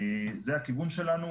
זה הכיוון שלנו,